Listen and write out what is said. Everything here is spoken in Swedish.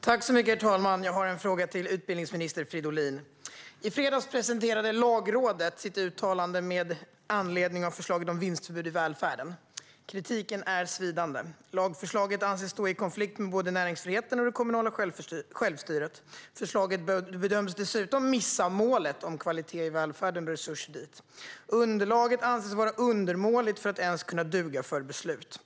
Herr talman! Jag har en fråga till utbildningsminister Fridolin. I fredags presenterade Lagrådet sitt uttalande med anledning av förslaget om vinstförbud i välfärden. Kritiken är svidande. Lagförslaget anses stå i konflikt med både näringsfriheten och det kommunala självstyret. Förslaget bedöms dessutom missa målet om kvalitet i välfärden och resurser dit. Underlaget anses vara alltför undermåligt för att ens duga för beslut.